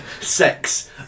sex